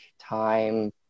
Time